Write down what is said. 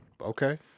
Okay